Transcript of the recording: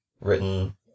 written